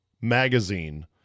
magazine